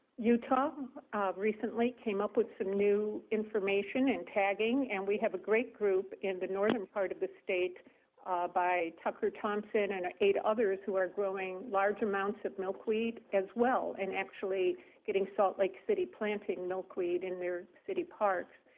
utah recently came up with some new information and tagging. and we have a great group in the northern part of the state by tucker thompson and eight others who are growing large amounts of milkweed as well and actually getting salt lake city planting milkweed in their city parks.